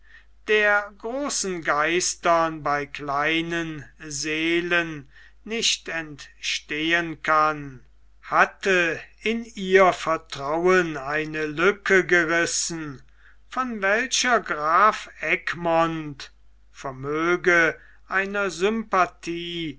der großen geistern bei kleinen seelen nicht entstehen kann hatte in ihr vertrauen eine lücke gerissen von welcher graf egmont vermöge einer sympathie